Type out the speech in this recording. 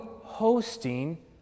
hosting